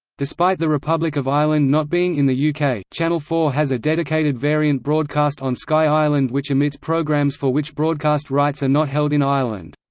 despite the republic of ireland not being in the yeah uk, channel four has a dedicated variant broadcast on sky ireland which omits programmes for which broadcast rights are not held in ireland.